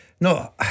No